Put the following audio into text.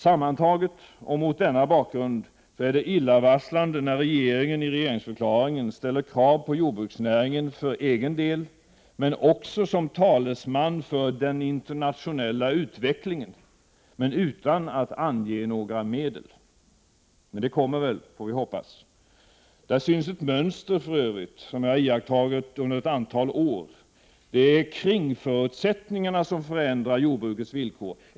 Sammantaget, och mot denna bakgrund, är det illavarslande att regeringen i regeringsförklaringen ställer krav på jordbruksnäringen för egen del men också som talesman för ”den internationella utvecklingen” — dock utan att ange några medel. Men det kommer väl något, får vi hoppas. Där syns ett mönster, som jag har iakttagit under ett antal år. Det är kringförutsättningarna som förändrar jordbrukets villkor.